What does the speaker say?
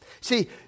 See